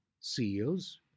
CEOs